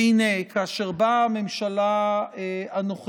והינה, כאשר באה הממשלה הנוכחית